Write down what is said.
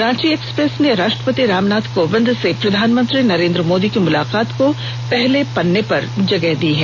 Ranchi express ने राष्ट्रपति रामनाथ कोविन्द से प्रधानमंत्री नरेन्द्र मोदी की मुलाकात को पहले पन्ने पर जगह दी है